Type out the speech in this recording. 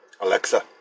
Alexa